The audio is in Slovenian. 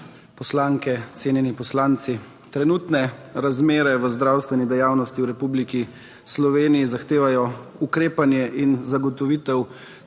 (nadaljevanje) cenjeni poslanci. Trenutne razmere v zdravstveni dejavnosti v Republiki Sloveniji zahtevajo ukrepanje in zagotovitev